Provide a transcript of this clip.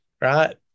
right